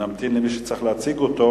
נמתין למי שצריך להציג אותו.